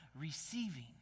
receiving